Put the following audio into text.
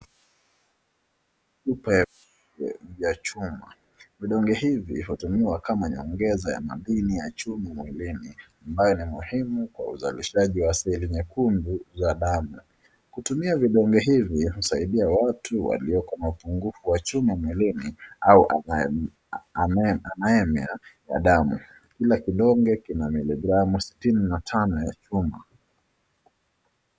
Chupa vya chuma. Kidonge hivi hutumika kama nyongeza ya madini ya chuma mwilini, ambayo ni muhimu kwa uzalishaji wa seli nyekundu za damu. Kutumia vidonge hivi husaidia watu walioko na upungufu wa chuma mwilini au anaemia ya damu. Kila kidonge kina miligramu 65 ya chuma.